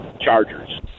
Chargers